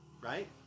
Right